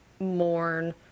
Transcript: mourn